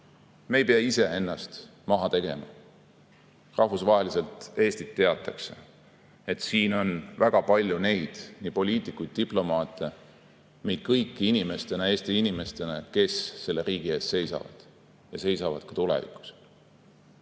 Me ei pea ise ennast maha tegema. Rahvusvaheliselt Eestit teatakse, teatakse, et siin on väga palju poliitikuid, diplomaate, meid kõiki Eesti inimestena, kes selle riigi eest seisavad ja seisavad ka tulevikus.